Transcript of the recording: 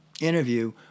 interview